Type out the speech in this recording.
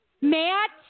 Matt